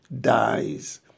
dies